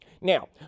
Now